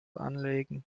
anlegen